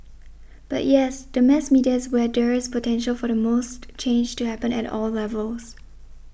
but yes the mass media is where there is potential for the most change to happen at all levels